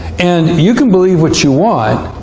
and you can believe what you want,